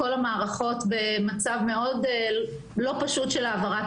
כל המערכות במצב מאוד לא פשוט של העברת